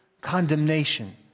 condemnation